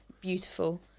beautiful